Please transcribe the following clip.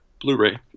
blu-ray